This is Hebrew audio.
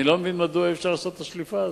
אני לא מבין למה אי-אפשר לעשות את השליפה הזאת.